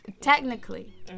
technically